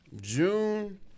June